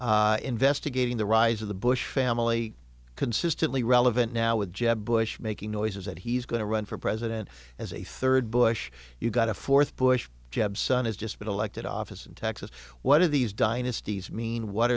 investigating the rise of the bush family consistently relevant now with jeb bush making noises that he's going to run for president as a third bush you got a fourth bush jeb son has just been elected office in texas what do these dynasties mean what